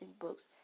books